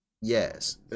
Yes